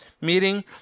meeting